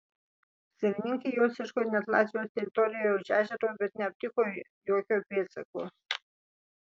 savininkai jos ieškojo net latvijos teritorijoje už ežero bet neaptiko jokio pėdsako